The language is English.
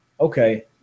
okay